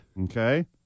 Okay